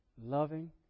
loving